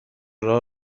راه